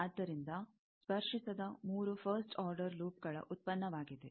ಆದ್ದರಿಂದ ಸ್ಪರ್ಶಿಸದ ಮೂರು ಫಸ್ಟ್ ಆರ್ಡರ್ ಲೂಪ್ಗಳ ಉತ್ಪನ್ನವಾಗಿದೆ